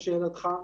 לשאלתך,